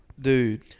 Dude